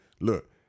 look